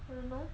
you know